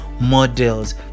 models